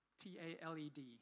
T-A-L-E-D